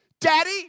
Daddy